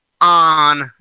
on